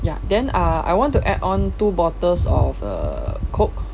ya then uh I want to add on two bottles of uh coke